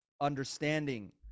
understanding